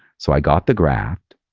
so i got the graft,